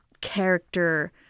character